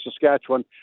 Saskatchewan